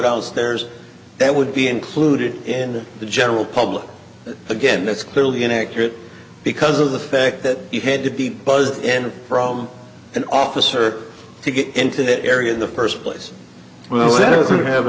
downstairs that would be included in the general public again that's clearly an accurate because of the fact that you had to be buzzed in from an officer to get into that area in the first place well that isn't have